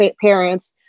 parents